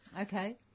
Okay